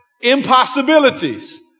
impossibilities